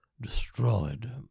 destroyed